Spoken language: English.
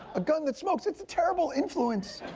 a gun that smokes. its a terrible influence.